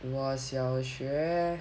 !wah! 小学